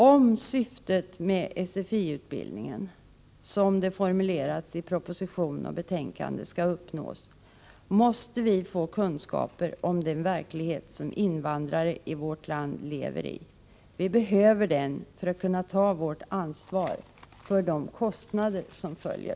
Om syftet med SFI-utbildningen — såsom det formulerats i proposition och betänkande — skall uppnås, måste vi få kunskaper om den verklighet som invandrare i vårt land lever i. Vi behöver den, för att kunna ta vårt ansvar för de kostnader som följer.